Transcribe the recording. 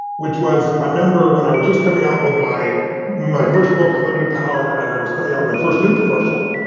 which was, i remember when i was just coming out with my my first book, unlimited power and i was coming out of my first infomercial,